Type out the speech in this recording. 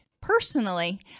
personally